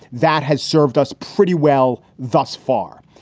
that has served us pretty well thus far.